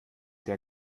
der